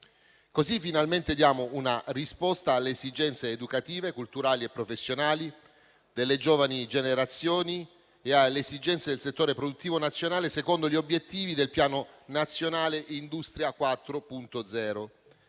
così finalmente una risposta alle esigenze educative, culturali e professionali delle giovani generazioni e alle esigenze del settore produttivo nazionale secondo gli obiettivi del Piano nazionale Industria 4.0,